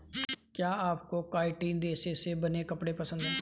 क्या आपको काइटिन रेशे से बने कपड़े पसंद है